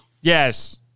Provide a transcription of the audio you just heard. Yes